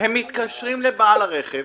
הם מתקשרים לבעל הרכב